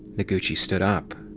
noguchi stood up.